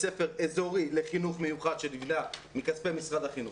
ספר אזורי לחינוך מיוחד שניבנה מכספי משרד החינוך.